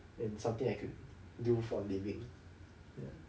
and something I could do for a living ya